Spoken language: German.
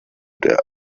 der